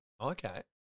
okay